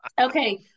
Okay